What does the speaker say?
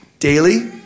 Daily